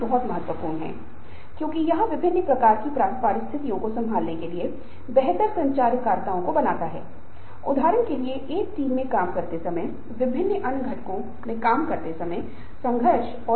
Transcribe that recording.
प्रेरणा पर्यावरण से स्वतंत्र नहीं है उदाहरण के लिए व्यापार में लोग जिनके पास उत्कृष्टता गुणवत्ता और सेवा के लिए प्रतिष्ठा है वे अपनी प्रतिष्ठा को बनाए रखने के लिए एक ही विधान Fashion फैशन में जारी रखते हैं और यह भी कि जो चीज एक व्यक्ति को प्रेरित करने वाला है वो दूसरे व्यक्ति के लिए समान नहीं हो सकते हैं